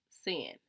sin